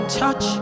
touch